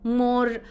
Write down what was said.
more